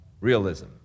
Realism